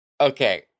Okay